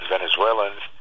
Venezuelans